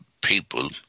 people